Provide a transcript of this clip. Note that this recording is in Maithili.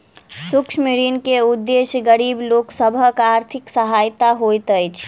सूक्ष्म ऋण के उदेश्य गरीब लोक सभक आर्थिक सहायता होइत अछि